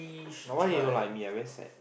no why he don't like me I very sad